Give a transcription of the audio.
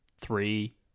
three